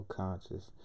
conscious